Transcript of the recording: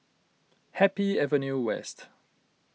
Happy Avenue West